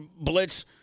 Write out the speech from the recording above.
blitz